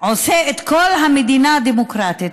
המדינה דמוקרטית.